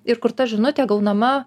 ir kur ta žinutė gaunama